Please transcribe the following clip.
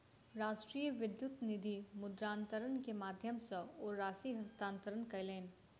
राष्ट्रीय विद्युत निधि मुद्रान्तरण के माध्यम सॅ ओ राशि हस्तांतरण कयलैन